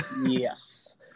yes